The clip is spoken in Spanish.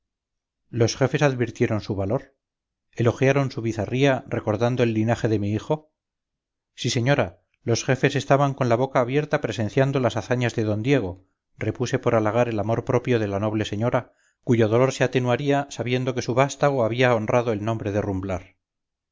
los jefes advirtieron su valor elogiaron su bizarría recordando el linaje de mi hijo sí señora los jefes estaban con la boca abierta presenciando las hazañas de d diego repuse por halagar el amor propio de la noble señora cuyo dolor se atenuaría sabiendo que su vástago había honrado el nombre